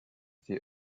été